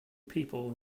people